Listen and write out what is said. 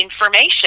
information